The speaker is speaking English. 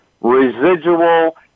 residual